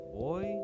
boy